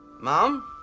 Mom